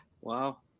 Wow